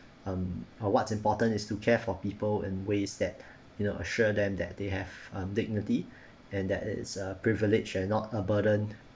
um uh what's important is to care for people in ways that you know assure them that they have a dignity and that is a privilege and not a burden